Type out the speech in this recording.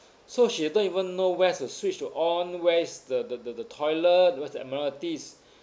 so she don't even know where's the switch to on where is the the the toilet where's the amenities